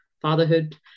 fatherhood